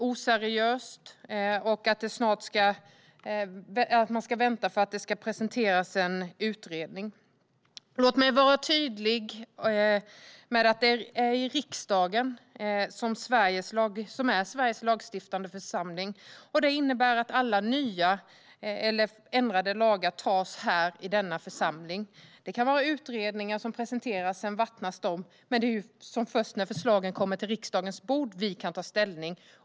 De tycker att det är oseriöst och att man ska vänta eftersom det ska presenteras en utredning. Låt mig vara tydlig med att det är riksdagen som är Sveriges lagstiftande församling. Det innebär att alla nya eller ändrade lagar måste stiftas här, i denna församling. Det kan vara utredningar som presenteras, och sedan vattnas de ur. Men det är först när förslagen kommer till riksdagens bord vi kan ta ställning.